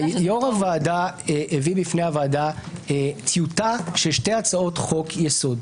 יושב-ראש הוועדה הביא בפני הוועדה טיוטה של שתי הצעות חוק יסוד.